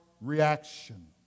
reaction